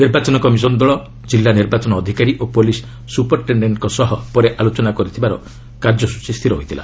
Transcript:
ନିର୍ବାଚନ କମିଶନ ଦଳ ଜିଲ୍ଲା ନିର୍ବାଚନ ଅଧିକାରୀ ଓ ପୁଲିସ୍ ସୁପିରିଟେଶ୍ଡେଣ୍ଟଙ୍କ ସହ ପରେ ଆଲୋଚନା କରିବାର କାର୍ଯ୍ୟସ୍ଟଚୀ ସ୍ଥିର ହୋଇଥିଲା